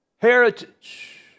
Heritage